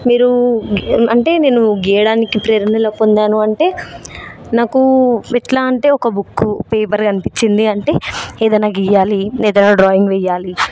నేను గీ అంటే నేను గీయడానికి ప్రేరణ ఎలా పొందాను అంటే నాకు ఒక బుక్కు పేపర్ కనిపించింది అంటే ఏదన్నా గీయాలి లేదా డ్రాయింగ్ వెయ్యాలి